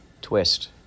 twist